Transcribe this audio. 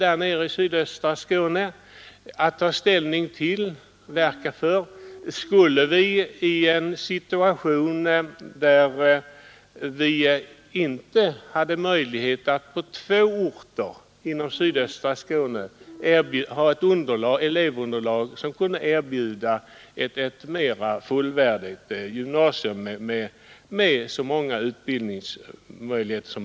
I sydöstra Skåne hade vi inte tillräckligt elevunderlag för att på två orter kunna erbjuda ett fullvärdigt gymnasium med olika utbildningsmöjligheter.